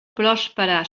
pròspera